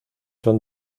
son